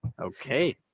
okay